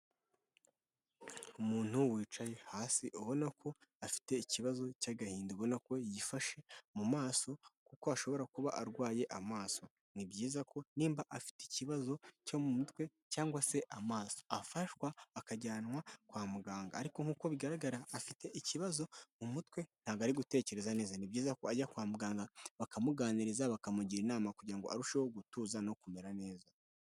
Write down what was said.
Umuntu wicaye hasi ubona ko afite ikibazo cy'agahinda, ubona ko yifashe mu maso kuko ashobora kuba arwaye amaso. Ni byiza ko nimba afite ikibazo cyo mu mutwe cyangwa se amaso afashwa akajyanwa kwa muganga ariko nk'ibigaragara afite ikibazo cyo mu mutwe ntabwo ari gutekereza neza. Ni byiza ko ajya kwa muganga bakamuganiriza bakamugira inama kugira ngo arusheho gutuza no kumera neza.